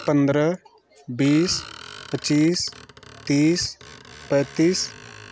पंद्रह बीस पच्चीस तीस पैंतीस